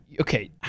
Okay